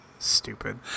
stupid